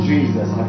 Jesus